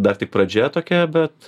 dar tik pradžia tokia bet